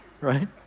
right